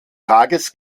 tages